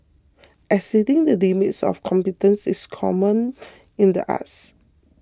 exceeding the limits of competence is common in the arts